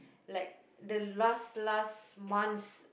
like the last last months